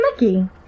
Mickey